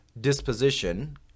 disposition